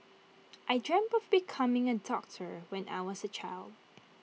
I dreamt of becoming A doctor when I was A child